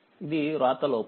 ఇది వ్రాత లోపం